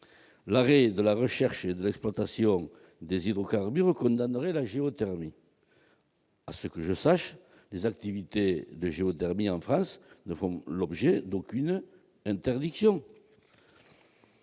l'arrêt de la recherche et de l'exploitation des hydrocarbures condamnerait la géothermie. À ce que je sache, les activités de géothermie ne font l'objet d'aucune interdiction